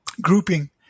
grouping